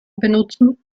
benutzen